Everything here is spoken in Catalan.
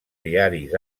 diaris